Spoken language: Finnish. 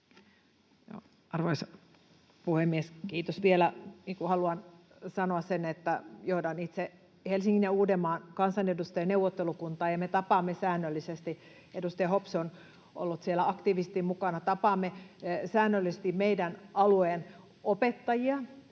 Arvoisa puhemies, kiitos vielä! Haluan sanoa sen, että johdan itse Helsingin ja Uudenmaan kansanedustajien neuvottelukuntaa, ja me tapaamme säännöllisesti — edustaja Hopsu on ollut siellä aktiivisesti mukana. Tapaamme